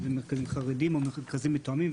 אם זה מרכזים חרדיים או מרכזים מתואמים,